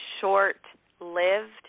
short-lived